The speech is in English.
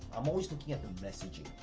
i'm always looking at them messaging,